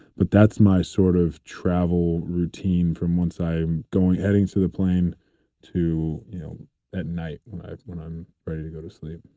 but that's my sort of travel routine from once i'm heading to the plane to you know at night when i'm when i'm ready to go to sleep